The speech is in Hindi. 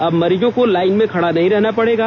अब मरीजों को लाइन में खड़ा नहीं रहना पडेगा